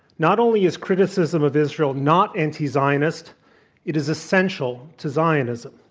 not only is criticism of israel not anti-zionist, it is essential to zionism.